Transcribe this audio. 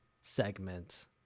segment